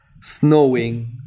snowing